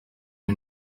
ari